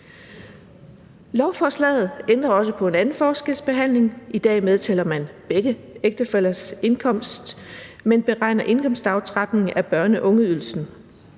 Lovforslaget ændrer også på en anden forskelsbehandling. I dag tæller man begge ægtefællers indkomst med, når man beregner indkomstaftrapning af børne- og ungeydelsen,